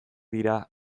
dira